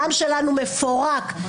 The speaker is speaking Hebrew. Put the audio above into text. העם שלנו מפורק.